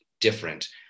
different